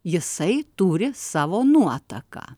jisai turi savo nuotaką